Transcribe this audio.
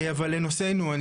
לנושאנו,